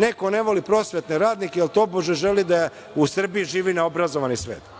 neko ne voli prosvetne radnike jer, tobože, želi da u Srbiji živi neobrazovani svet.